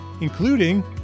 including